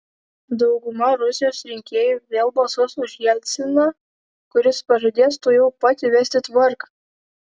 dauguma rusijos rinkėjų vėl balsuos už jelciną kuris pažadės tuojau pat įvesti tvarką